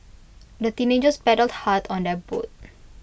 the teenagers paddled hard on their boat